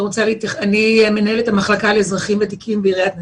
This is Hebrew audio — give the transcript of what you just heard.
אני מנהלת המחלקה לאזרחים ותיקים בעיריית נתניה.